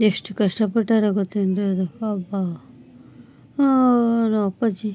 ಎಷ್ಟು ಕಷ್ಟಪಟ್ಟಾರೆ ಗೊತ್ತೇನು ರೀ ಅದು ಅಬ್ಬಾ ನಮ್ಮಪ್ಪಾಜಿ